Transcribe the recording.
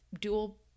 dual